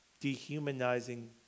dehumanizing